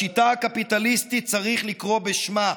לשיטה הקפיטליסטית צריך לקרוא בשמה: